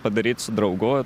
padaryt su draugu